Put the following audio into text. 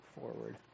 forward